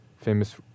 famous